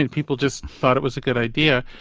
and people just thought it was a good idea.